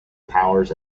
powers